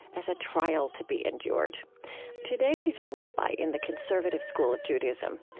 as a trial to be endured today, she's a rabbi in the conservative school of judaism.